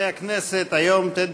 דברי הכנסת חוברת ט"ו ישיבה צ"א הישיבה